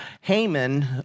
Haman